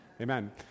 Amen